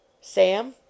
Sam